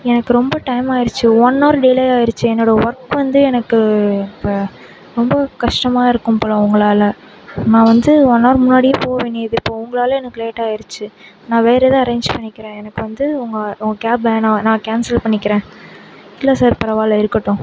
எனக்கு ரொம்ப டைம் ஆகிடுச்சி ஒன் ஹவர் டிலே ஆகிடுச்சி என்னோட ஒர்க் வந்து எனக்கு இப்போ ரொம்ப கஷ்டமாக இருக்கும் போல் உங்களால் நான் வந்து ஒன் ஹவர் முன்னாடியே போக வேண்டியது இப்போது உங்களால் எனக்கு லேட் ஆகிடுச்சி நான் வேறு ஏதாவது அரேஞ் பண்ணிக்கிறேன் எனக்கு வந்து உங்கள் உங்கள் கேப் வேண்ணாம் நான் கேன்சல் பண்ணிக்கிறேன் இல்லை சார் பரவாயில்லை இருக்கட்டும்